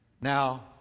Now